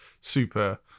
super